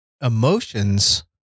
emotions